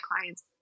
clients